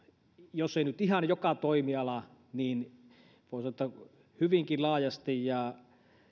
jos ei nyt ihan joka toimiala niin hyvinkin laajasti ja